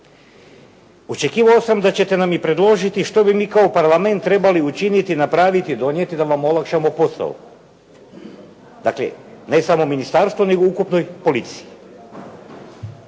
Očekivao sam da ćete na predložiti što bi mi kao Parlament trebali učiniti, napraviti, donijeti da vam olakšamo posao, dakle ne samo ministarstvo, nego ukupnoj policiji.